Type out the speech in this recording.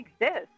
exist